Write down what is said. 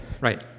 right